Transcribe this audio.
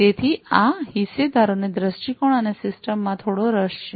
તેથી આ હિસ્સેદારોને દૃષ્ટિકોણ અને સિસ્ટમ માં થોડો રસ હોય છે